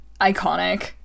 iconic